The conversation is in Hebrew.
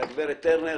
לגב' טרנר